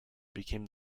became